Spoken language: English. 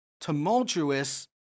tumultuous